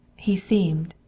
he seemed,